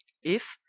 if,